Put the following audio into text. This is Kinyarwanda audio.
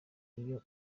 iyo